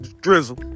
drizzle